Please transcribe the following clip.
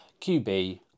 QB